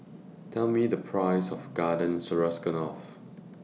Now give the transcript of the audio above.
Tell Me The Price of Garden Stroganoff